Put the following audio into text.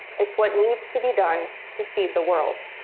it's what needs to be done to feed the world.